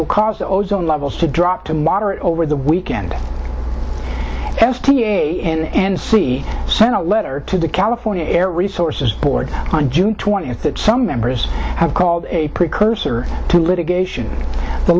will cause the ozone levels to drop to moderate over the weekend s t a and c sent a letter to the california air resources board on june twentieth that some members have called a precursor to litigation the